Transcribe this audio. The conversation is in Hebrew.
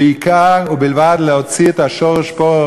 ובלבד שיוציאו את השורש פורה,